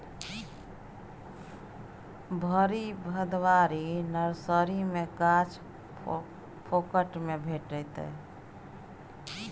भरि भदवारी नर्सरी मे गाछ फोकट मे भेटितै